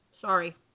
Sorry